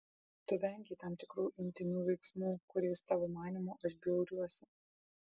tu vengei tam tikrų intymių veiksmų kuriais tavo manymu aš bjauriuosi